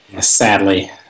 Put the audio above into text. Sadly